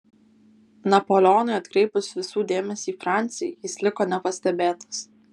napoleonui atkreipus visų dėmesį į francį jis liko nepastebėtas